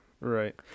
Right